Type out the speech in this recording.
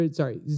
sorry